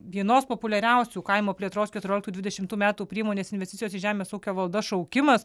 vienos populiariausių kaimo plėtros keturioliktų dvidešimtų metų priemonės investicijos į žemės ūkio valdas šaukimas